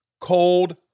Cold